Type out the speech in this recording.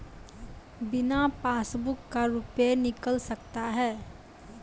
बिना पासबुक का रुपये निकल सकता हैं?